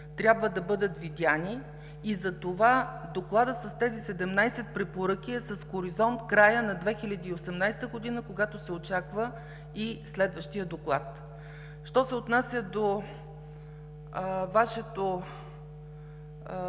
трябва да бъдат видяни и затова докладът с тези 17 препоръки е с хоризонт края на 2018 г., когато се очаква и следващият доклад. Що се отнася до Вашето